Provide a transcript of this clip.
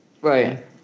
Right